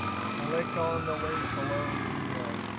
click on the link below the video.